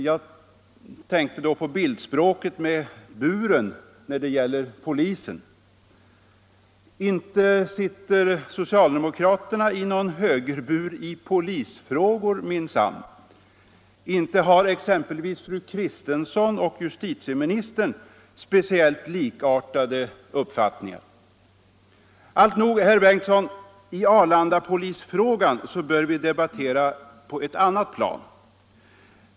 Jag tänkte på bildspråket att sitta i buren hos polisen. Inte sitter socialdemokraterna i högerbur i polisfrågor! Inte hart.ex. fru Kristensson och justitieministern speciellt likartade uppfattningar i de frågorna. Alltnog, herr Bengtsson, i Arlandapolisfrågan bör vi debattera på ett annat plan.